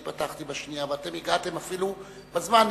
אני פתחתי בשנייה ואתם הגעתם אפילו בזמן,